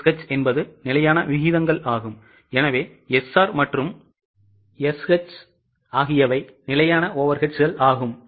SRSH என்பது நிலையான விகிதங்களாகும் எனவே SR மற்றும் SH ஆகியவை நிலையான Overheadsகளாகும்